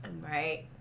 Right